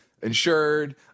insured